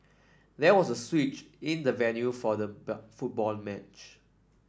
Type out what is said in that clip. there was a switch in the venue for the football match